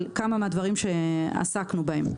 על כמה מהדברים שעסקנו בהם.